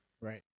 Right